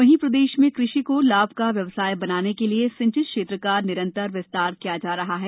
वहीं प्रदेश में कृषि को लाभ का व्यवसाय बनाने के लिये सिंचित क्षेत्र का निरंतर विस्तार किया जा रहा है